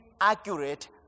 accurate